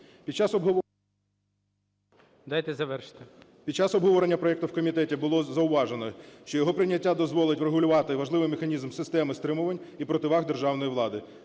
Під час обговорення проекту в комітеті було зауважено, що його прийняття дозволить врегулювати важливий механізм системи стримувань і противаг державної влади,